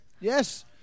Yes